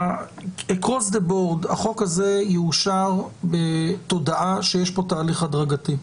ה- across the board החוק הזה יאושר בתודעה שיש פה תהליך הדרגתי.